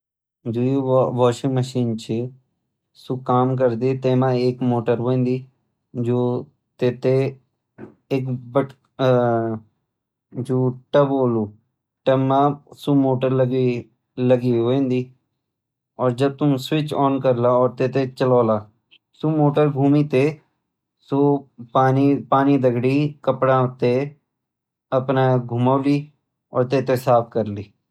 जु यु washing machine छ सु काम करदी तै म एक मोटर होंदी जु तै थैं जु टब होलु टब म सु मोटर लगी होंदी और जब तुम स्विच आॅन करला और तै थैं चलोला सु मोटर घुमी तै सु पानी दगडी कपडा तैं अपना घुमोली और तै थैं साफ करली।